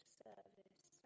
service